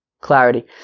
clarity